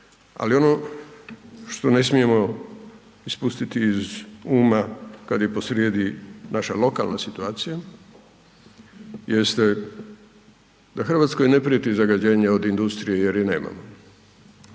ali ono što ne smije ispustiti iz uma kad je posrijedi naša lokalna situacija jeste da Hrvatskoj ne prijeti zagađenje od industrije jer je nemamo